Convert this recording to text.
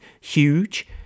huge